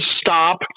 stop